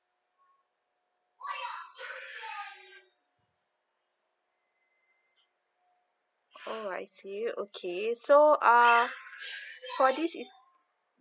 oh I see okay so uh for this is